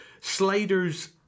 Sliders